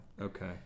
Okay